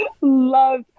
love